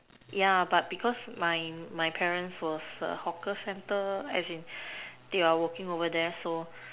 yeah but because my my parents was a hawker centre as in they are working over there so